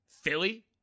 Philly